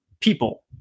people